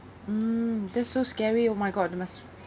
mm that's so scary oh my god you must